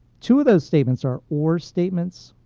two of those statements are or statements,